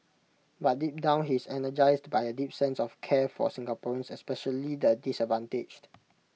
but deep down he is energised by A deep sense of care for Singaporeans especially the disadvantaged